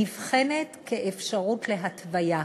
נבחנת כאפשרות להתוויה.